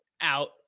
Out